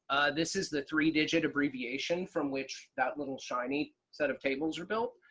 this is the three digit abbreviation from which that little shiny set of tables are built.